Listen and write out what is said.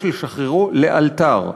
יש לשחררו לאלתר".